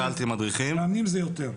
מאמנים זה יותר.